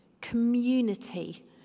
community